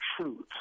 truth